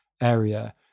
area